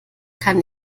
kann